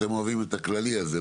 אתם אוהבים את הכללי הזה,